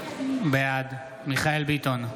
בעד מיכאל מרדכי ביטון,